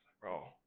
Bro